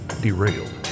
derailed